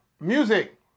Music